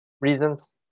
Reasons